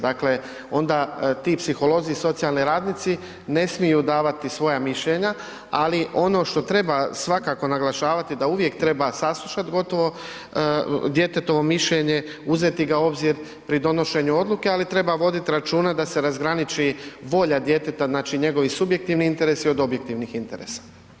Dakle onda ti psiholozi i socijalni radnici ne smiju davati svoja mišljenja, ali ono što treba svakako naglašavati, da uvijek treba saslušati gotovo djetetovo mišljenje, uzeti ga u obzir pri donošenju odluke, ali treba voditi računa da se razgraniči volja djeteta, znači njegovi subjektivni interesi od objektivnih interesa.